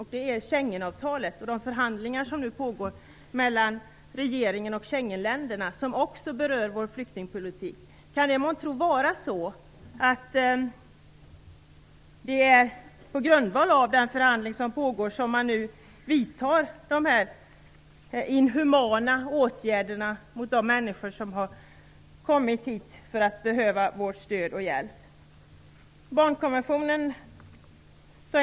Det gäller Schengenavtalet och de förhandlingar som nu pågår mellan regeringen och Schengenländerna och som också berör vår flyktingpolitik. Kan det månntro vara på grundval av den nu pågående förhandlingen som man vidtar de här inhumana åtgärderna mot de människor som har kommit för att de behöver vårt stöd och vår hjälp?